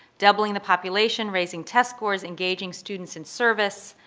doubling the population, raising test scores, engaging students in service,